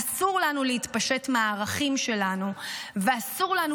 אסור לנו להתפשט מהערכים שלנו ואסור לנו